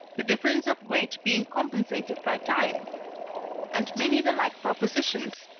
the difference of weight being compensated by time and many the like propositions,